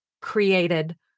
created